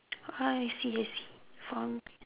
ah I see I see